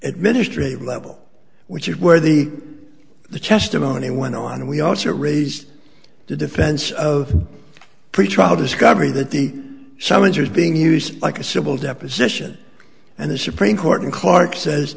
administrative level which is where the the testimony went on and we also raised the defense of pretrial discovery that the summons was being used like a civil deposition and the supreme court and clark says